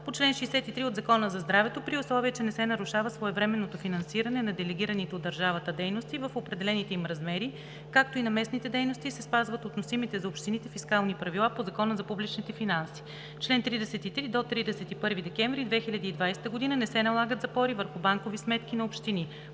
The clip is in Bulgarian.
по чл. 63 от Закона за здравето, при условие че не се нарушава своевременното финансиране на делегираните от държавата дейности в определените им размери, както и на местните дейности, и се спазват относимите за общините фискални правила по Закона за публичните финанси. Чл. 33. До 31 декември 2020 г. не се налагат запори върху банкови сметки на общини.